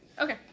Okay